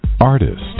Artist